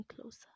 closer